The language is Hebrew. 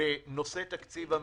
בנושא תקציב המדינה.